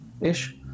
ish